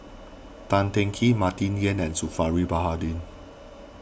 Tan Teng Kee Martin Yan and Zulkifli Baharudin